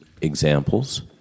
examples